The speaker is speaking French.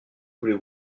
voulez